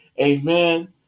Amen